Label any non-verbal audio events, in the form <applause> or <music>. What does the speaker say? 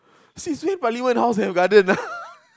since when parliament house have garden <laughs>